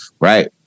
right